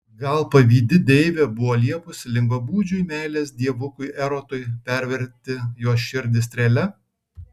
gal pavydi deivė buvo liepusi lengvabūdžiui meilės dievukui erotui perverti jos širdį strėle